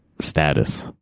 status